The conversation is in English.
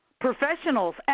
professionals